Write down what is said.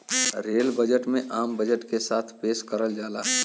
rail budget में आम budget के साथ पेश करल जाला